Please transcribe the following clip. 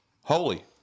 Holy